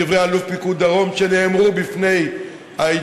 מדברי אלוף פיקוד דרום שנאמרו בפני ההתיישבות,